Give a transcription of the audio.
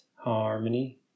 Harmony